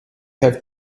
have